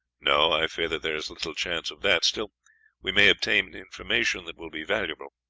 no, i fear that there is little chance of that still we may obtain information that will be valuable.